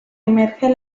emerge